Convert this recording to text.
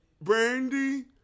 Brandy